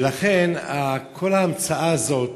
ולכן כל ההמצאה הזאת,